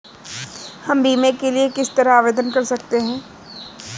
हम बीमे के लिए किस तरह आवेदन कर सकते हैं?